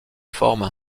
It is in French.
forment